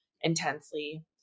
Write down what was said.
intensely